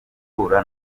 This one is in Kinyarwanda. guhura